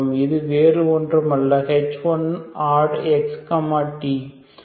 இது வேறு ஒன்றும் அல்ல h1oddx t